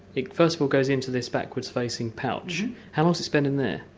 it first of all goes into this backwards-facing pouch. how long does it spend in there?